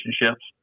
relationships